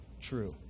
True